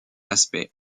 aspect